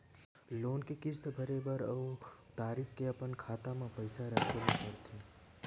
loan के किस्त भरे बर ओ तारीख के अपन खाता म पइसा राखे ल परथे